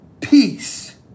Peace